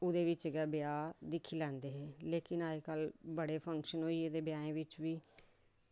ओह्दे बिच्च गै ब्याह् दिक्खी लैंदे हे लेकिन अज्जकल बड़े फंक्शन होई गेदे ब्याएं बिच्च बी